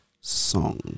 song